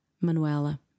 Manuela